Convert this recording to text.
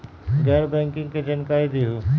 गैर बैंकिंग के जानकारी दिहूँ?